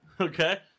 Okay